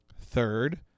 Third